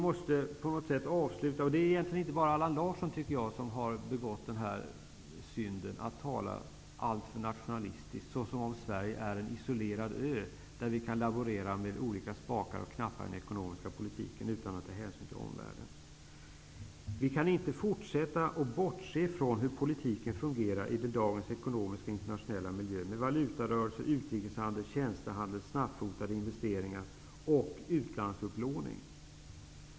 De är egentligen inte bara Allan Larsson som har begått synden att tala alltför nationalistiskt, som om Sverige är en isolerad ö där vi kan laborera med olika spakar och knappar i den ekonomiska politiken utan att ta hänsyn till omvärlden. Vi kan inte fortsätta att bortse från hur politiken fungerar i dagens internationella ekonomiska miljö med valutarörelser, utrikeshandel, tjänstehandel, snabbfotade investeringar och utlandsupplåning.